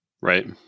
Right